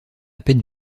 peine